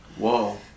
Whoa